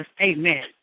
Amen